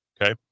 okay